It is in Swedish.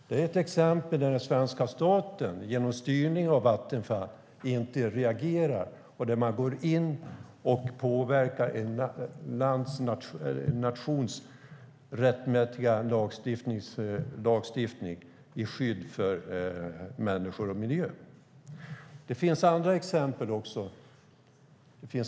Det är ett exempel där svenska staten genom styrning av Vattenfall inte reagerar och där man går in och påverkar en nations rättmätiga lagstiftning till skydd för människor och miljö. Det finns andra exempel.